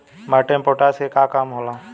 माटी में पोटाश के का काम होखेला?